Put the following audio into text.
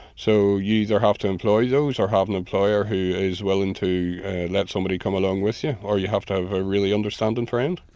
so you either have to employ those or have an employer who is willing to let somebody come along with you or you have to have a really understanding friend.